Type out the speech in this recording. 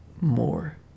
more